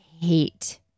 hate